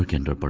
and but